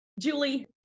Julie